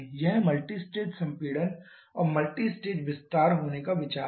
यह मल्टीस्टेज संपीड़न और मल्टीस्टेज विस्तार होने का विचार है